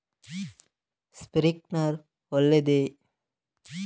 Sprinkler ಒಳ್ಳೇದೇ?